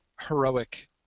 heroic